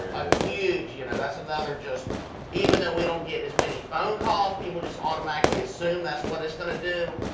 yeah but you know that's another just even though we don't get as many phone calls people just automatically assume that's what it's gonna do.